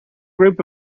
group